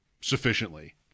sufficiently